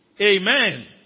Amen